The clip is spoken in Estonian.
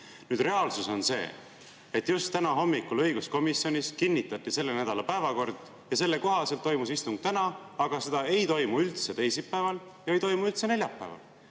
pidada. Reaalsus on see, et just täna hommikul õiguskomisjonis kinnitati selle nädala päevakord ja selle kohaselt toimus istung täna, aga seda ei toimu üldse ei teisipäeval ega neljapäeval.